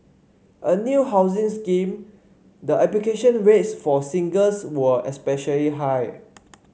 a new housing scheme the application rates for singles were especially high